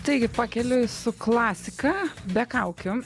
taigi pakeliui su klasika be kaukių